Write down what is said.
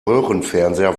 röhrenfernseher